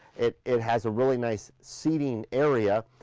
it it has a really nice sitting area,